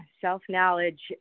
Self-knowledge